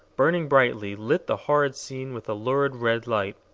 burning brightly, lit the horrid scene with a lurid red light.